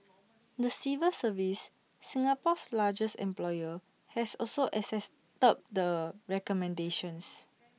the civil service Singapore's largest employer has also accepted the recommendations